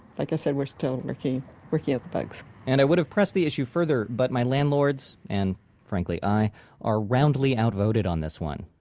like i said, we're still working working out the bugs and i would have pressed the issue further, but my landlords and frankly, i are roundly outvoted on this one.